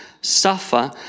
suffer